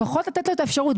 לפחות לתת לו את האפשרות.